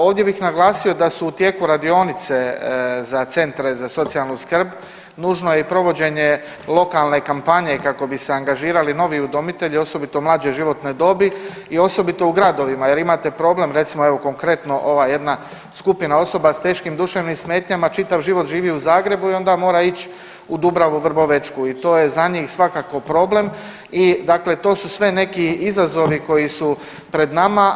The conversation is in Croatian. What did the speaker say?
Ovdje bih naglasio da su u tijeku radionice za centre za socijalnu skrb, nužno i provođenje lokalne kampanje kako bi se angažirali novi udomitelji, osobito mlađe životne dobi i osobito u gradovima jer imate problem recimo evo konkretno ova jedna skupina osoba s teškim duševnim smetnjama čitav život živi u Zagrebu i onda mora ići u Dubravu Vrbovečku i to je za njih svakako problem i to su sve neki izazovi koji su pred nama.